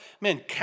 Man